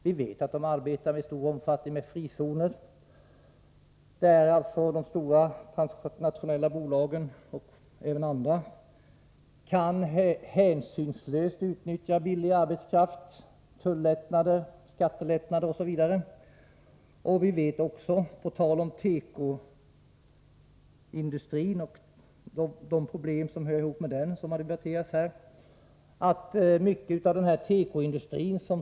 Vi vet att de i stor utsträckning arbetar med frizoner, där de stora transnationella bolagen och även andra hänsynslöst kan utnyttja billig arbetskraft, tullättnader, skattelättnader m.m. Tekoindustrin och de problem som hör ihop med den har ju debatterats här.